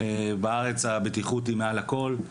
בארץ הבטיחות היא מעל הכל,